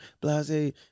Blase